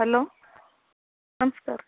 hello ನಮ್ಸ್ಕಾರ